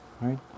right